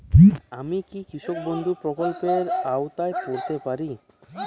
আমি কি কৃষক বন্ধু প্রকল্পের আওতায় পড়তে পারি?